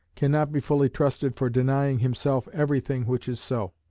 cannot be fully trusted for denying himself everything which is so.